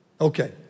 Okay